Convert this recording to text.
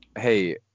Hey